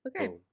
Okay